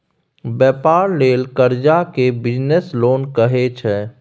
बेपार लेल करजा केँ बिजनेस लोन कहै छै